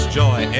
joy